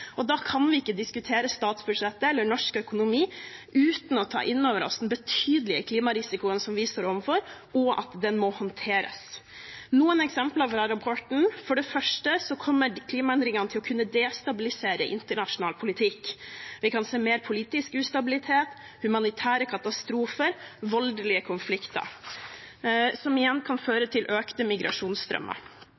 og da kan vi ikke diskutere statsbudsjettet eller norsk økonomi uten å ta inn over oss den betydelige klimarisikoen som vi står overfor, og at den må håndteres. La meg gi noen eksempler fra rapporten. For det første kommer klimaendringene til å kunne destabilisere internasjonal politikk. Vi kan se mer politisk ustabilitet, humanitære katastrofer og voldelige konflikter, som igjen kan føre